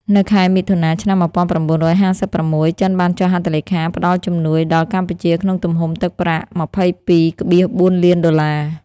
នៅខែមិថុនា ឆ្នាំ១៩៥៦ ចិនបានចុះហត្ថលេខាផ្តល់ជំនួយដល់កម្ពុជាក្នុងទំហំទឹកប្រាក់ ២២,៤ លានដុល្លារ។